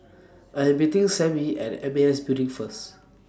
I'm meeting Sammy At M A S Building First